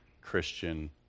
Christian